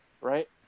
right